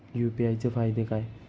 UPI चे फायदे काय?